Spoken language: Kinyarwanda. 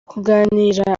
kuganira